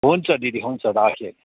हुन्छ दिदी हुन्छ राखेँ